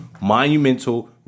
monumental